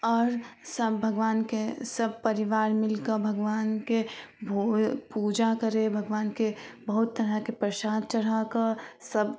आओर सभ भगवानके सभ परिवार मिलिकऽ भगवानके भोरे पूजा करै भगवानके बहुत तरहके परसाद चढ़ाकऽ सभ